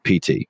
PT